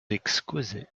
exquisite